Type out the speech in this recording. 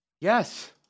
Yes